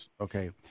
Okay